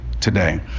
today